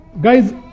Guys